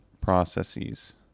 processes